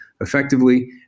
effectively